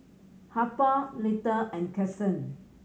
Harper Lita and Kason